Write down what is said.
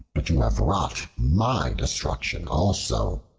but you have wrought my destruction also.